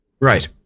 Right